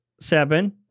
seven